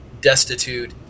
destitute